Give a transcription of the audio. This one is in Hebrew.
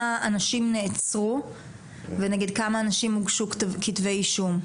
אנשים נעצרו ונגד כמה אנשים הוגשו כתבי אישום.